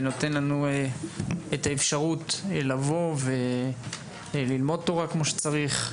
ונותן לנו את האפשרות לבוא וללמוד תורה כמו שצריך.